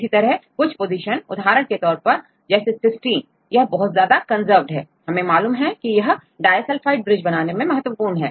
इसी तरह से कुछ पोजीशन उदाहरण के तौर पर जैसे सिस्टीन यह बहुत ज्यादा कंजर्व्ड है हमें मालूम है कि यह डाईसल्फाइड ब्रिज बनाने में महत्वपूर्ण है